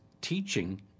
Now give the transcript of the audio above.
teaching